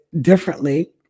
differently